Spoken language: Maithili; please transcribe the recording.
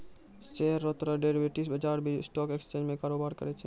शेयर रो तरह डेरिवेटिव्स बजार भी स्टॉक एक्सचेंज में कारोबार करै छै